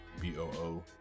boo